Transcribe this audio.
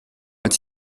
als